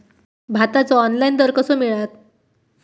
भाताचो ऑनलाइन दर कसो मिळात?